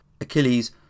Achilles